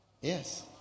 Yes